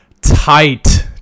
tight